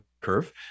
curve